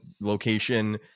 location